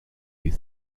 you